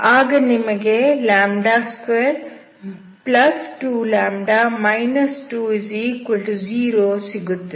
ಆಗ ನಿಮಗೆ 2λ 20 ಸಿಗುತ್ತದೆ